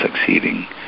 succeeding